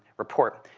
report,